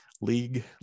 league